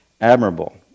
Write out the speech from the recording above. admirable